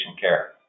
care